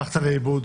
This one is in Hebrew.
--- הלכת לאיבוד.